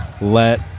let